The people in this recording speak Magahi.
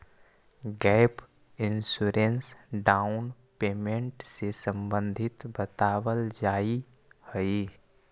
गैप इंश्योरेंस डाउन पेमेंट से संबंधित बतावल जाऽ हई